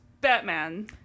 Batman